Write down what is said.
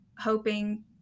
hoping